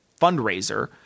fundraiser